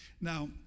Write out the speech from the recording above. Now